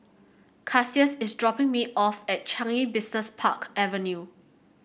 Cassius is dropping me off at Changi Business Park Avenue